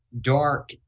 dark